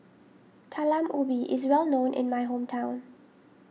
Talam Ubi is well known in my hometown